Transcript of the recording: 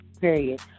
period